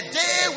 day